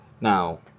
Now